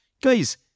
Guys